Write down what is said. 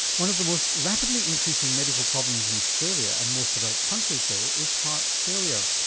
one of the most rapidly increasing medical problems in australia and most developed countries though is heart failure.